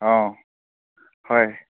অঁ হয়